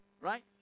right